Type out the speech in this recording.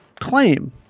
claim